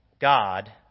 God